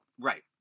Right